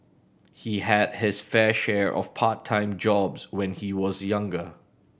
he had his fair share of part time jobs when he was younger